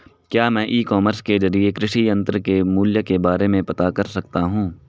क्या मैं e commerce के ज़रिए कृषि यंत्र के मूल्य के बारे में पता कर सकता हूँ?